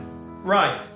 Right